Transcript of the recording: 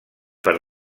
per